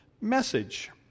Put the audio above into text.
message